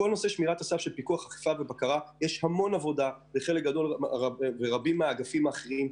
בכל הנושא של פיקוח יש המון עבודה ורבים מהאגפים האחרים,